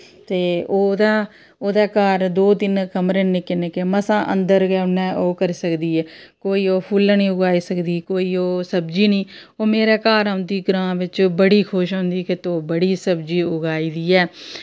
ते ओह्दा ओह्दै घर दो तिन्न कमरे न निक्के निक्के मसां अंदर गै उ'नें ओह् करी सकदी ऐ कोईं ओह् फुल्ल निं उगाई सकदी कोई ओह् सब्जी निं ओह् मेरे घर औंदी ग्रांऽ बिच्च बड़ी खुश होंदी कि तूं बड़ी सब्जी उगाई दी ऐ